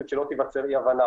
פשוט שלא תיווצר אי הבנה.